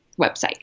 website